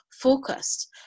focused